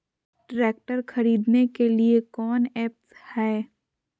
Tractor खरीदने के लिए कौन ऐप्स हाय?